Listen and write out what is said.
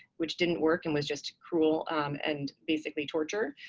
which didn't work and was just cruel and basically torture.